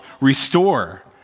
restore